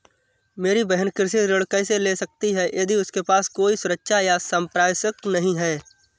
मेरी बहिन कृषि ऋण कैसे ले सकती है यदि उसके पास कोई सुरक्षा या संपार्श्विक नहीं है?